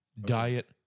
Diet